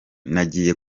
nagiye